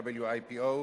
WIPO,